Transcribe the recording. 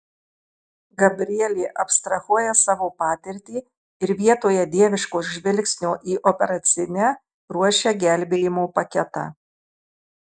gabrielė abstrahuoja savo patirtį ir vietoje dieviško žvilgsnio į operacinę ruošia gelbėjimo paketą